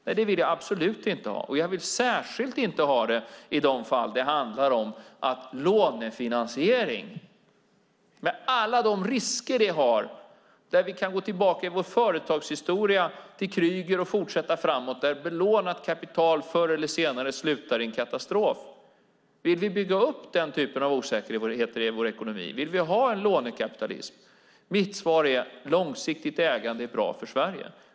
Nej, det vill jag absolut inte ha, och jag vill särskilt inte ha det i de fall det handlar om lånefinansiering med alla de risker det innebär. Vi kan gå tillbaka i vår företagshistoria till Krüger och fortsätta framåt och se exempel på att belånat kapital förr eller senare slutar i en katastrof. Vill vi bygga upp den typen av osäkerheter i vår ekonomi? Vill vi ha en lånekapitalism? Mitt svar är: Långsiktigt ägande är bra för Sverige.